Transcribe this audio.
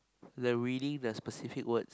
the reading the specific words